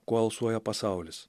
kuo alsuoja pasaulis